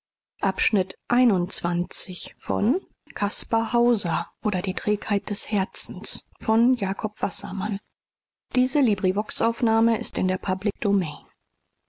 oder die trägheit des herzens